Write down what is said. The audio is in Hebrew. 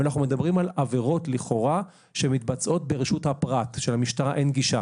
אנחנו מדברים על עבירות לכאורה שמתבצעות ברשות הפרט שם למשטרה אין גישה.